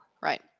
right